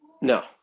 No